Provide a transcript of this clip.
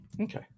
okay